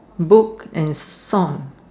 book and song